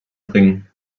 bringen